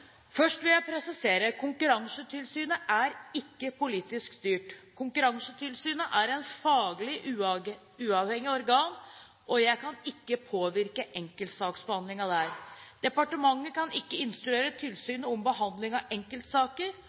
Først vil jeg presisere: Konkurransetilsynet er ikke politisk styrt. Konkurransetilsynet er et faglig uavhengig organ, og jeg kan ikke påvirke enkeltsaksbehandlingen der. Departementet kan ikke instruere tilsynet i behandling av enkeltsaker,